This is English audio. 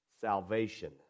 salvation